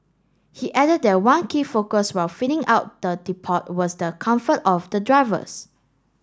he added that one key focus when fitting out the depot was the comfort of the drivers